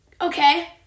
okay